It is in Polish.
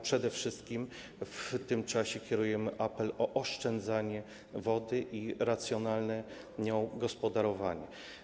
Przede wszystkim w tym czasie kierujemy apel o oszczędzanie wody i racjonalne nią gospodarowanie.